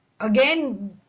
again